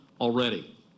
already